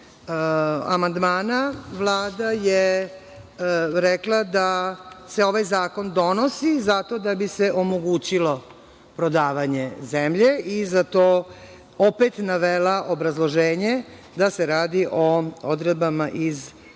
odbijanje amandmana, Vlada je rekla da se ovaj zakon donosi zato da bi se omogućilo prodavanje zemlje i za to opet navela obrazloženje da se radi o odredbama iz Sporazuma